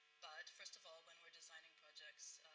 but first of all, when we are designing projects,